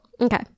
okay